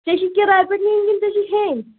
ژےٚ چھِی کِرایہِ پیٚٹھ یہِ نیُن کِنہٕ ژےٚ چھِی ہیٚنۍ